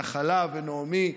נחלה ונעמי,